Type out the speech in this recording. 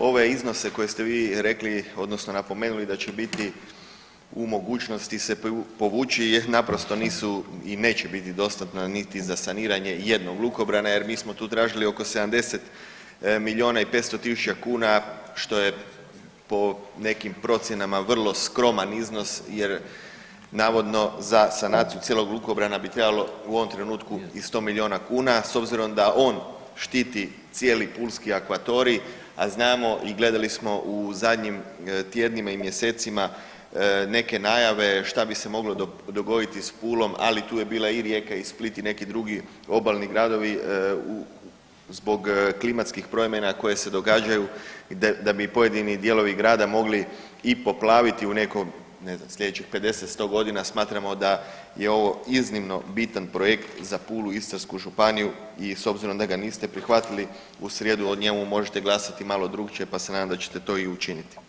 Ove iznose koje ste vi rekli odnosno napomenuli da će biti u mogućnosti povući je naprosto nisu i neću biti dostatna niti za saniranje jednog lukobrana jer mi smo tu tražili oko 70 milijuna i 500 000 kuna, što je po nekim procjenama vrlo skroman iznos jer navodno za sanaciju cijelog lukobrana bi trebalo u ovom trenutku i 100 milijuna kuna s obzirom da on štiti cijeli pulski akvatorij a znamo i gledali smo u zadnjim tjednima i mjesecima neke najave šta bi se moglo dogoditi s Pulom ali tu je bila i Rijeka i Split i neki drugi obalni gradovi zbog klimatskih promjena koje se događaju da bi pojedini dijelovi grada mogli i poplaviti u nekom, ne znam 50, 100 godina, smatramo da je ovo iznimno bitan projekt za Puku i Istarsku županiju i s obzirom da ga niste prihvatili, u srijedu o njemu možete glasati malo drukčije pa sa se nadam da ćete to i učiniti.